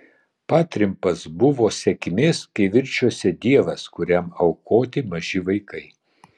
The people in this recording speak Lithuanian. patrimpas buvo sėkmės kivirčuose dievas kuriam aukoti maži vaikai